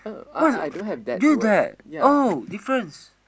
what's use that oh difference